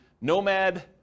Nomad